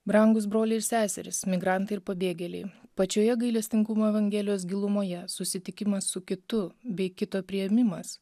brangūs broliai ir seserys migrantai ir pabėgėliai pačioje gailestingumo evangelijos gilumoje susitikimas su kitu bei kito priėmimas